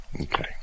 Okay